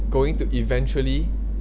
going to eventually